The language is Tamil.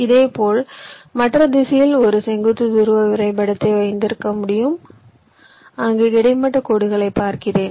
இதேபோல் மற்ற திசையில் ஒரு செங்குத்து துருவ வரைபடத்தை வைத்திருக்க முடியும் அங்கு கிடைமட்ட கோடுகளைப் பார்க்கிறேன்